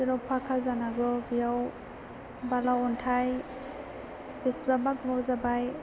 जेराव फाखा जानांगौ बेयाव बाला अन्थाय बेसेबांबा गोबाव जाबाय